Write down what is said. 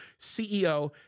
ceo